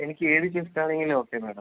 എനിക്ക് ഏത് ഷിഫ്റ്റാണെങ്കിലും ഓക്കെ മാഡം